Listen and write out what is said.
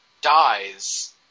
dies